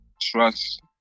trust